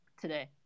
today